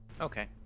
Okay